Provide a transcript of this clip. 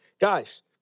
Guys